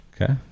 Okay